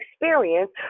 experience